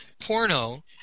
porno